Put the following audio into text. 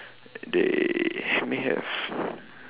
they may have